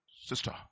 Sister